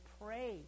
Pray